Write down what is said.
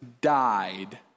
died